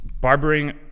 Barbering